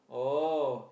oh